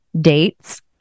dates